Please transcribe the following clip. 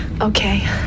Okay